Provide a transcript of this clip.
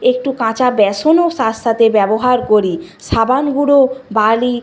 একটু কাঁচা বেসনও তার সাথে ব্যবহার করি সাবান গুঁড়ো বালি